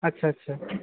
আচ্ছা আচ্ছা